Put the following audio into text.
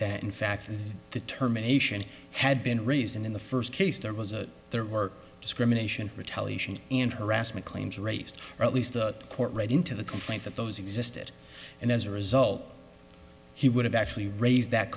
that in fact the determination had been raised in the first case there was a there were discrimination retaliation and harassment claims race or at least a court right into the complaint that those existed and as a result he would have actually raised that